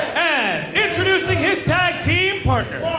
and introducing his tag team partner.